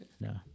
no